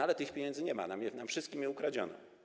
Ale tych pieniędzy nie ma, nam wszystkim je ukradziono.